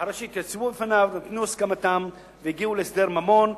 אחרי שהתייצבו בפניו ונתנו את הסכמתם והגיעו להסדר ממון,